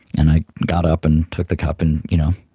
and i got up and took the cup. and you know